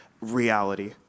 reality